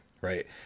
right